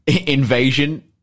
invasion